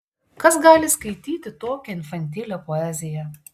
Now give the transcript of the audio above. kas gali skaityti tokią infantilią poeziją